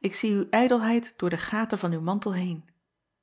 ik zie uw ijdelheid door de gaten van uw mantel heen